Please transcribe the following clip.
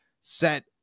set